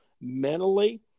mentally